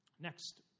next